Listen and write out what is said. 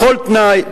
בכל תנאי,